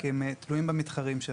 כי הם תלויים במתחרים שלהם.